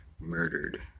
murdered